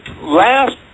last